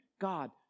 God